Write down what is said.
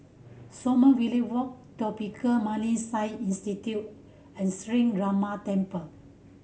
Sommerville Walk Tropical Marine Science Institute and Sree Ramar Temple